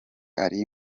ari